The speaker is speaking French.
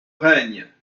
règne